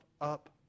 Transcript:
up